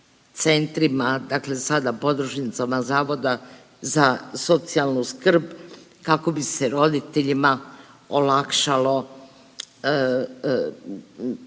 centrima, dakle sada podružnicama Zavoda za socijalnu skrb, kako bi se roditeljima olakšalo